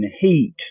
heat